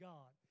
God